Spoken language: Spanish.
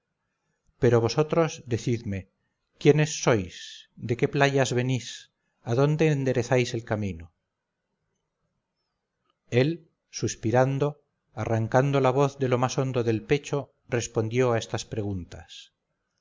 pero vosotros decidme quiénes sois de qué playas venís adónde enderezáis el camino el suspirando arrancando la voz de lo más hondo del pecho respondió a estas preguntas